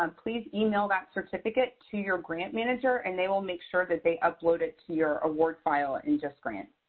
um please email that certificate to your grant manager, and they will make sure that they upload it to your award file in justgrants.